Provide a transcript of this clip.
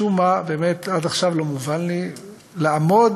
משום מה, באמת, עד עכשיו לא מובן לי, לעמוד